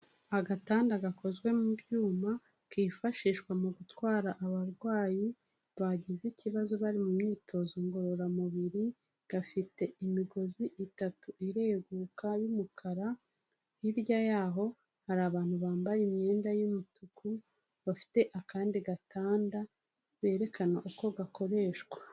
Agatanda gakozwe mu byuma kifashishwa mu gutwara abarwayi bagize ikibazo bari mu myitozo ngororamubiri, gafite imigozi itatu ireguka y'umukara, hirya yaho hari abantu bambaye imyenda y'umutuku bafite akandi gatanda berekana uko gakoreshwa.